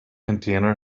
container